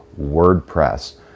WordPress